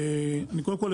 קודם כול,